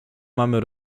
mamy